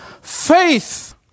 faith